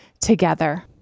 together